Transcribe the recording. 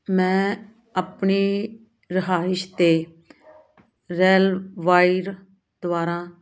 ਮੈਂ ਆਪਣੀ ਰਿਹਾਇਸ਼ 'ਤੇ ਰੈਲਵਾਈਰ ਦੁਆਰਾ